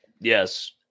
Yes